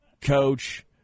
coach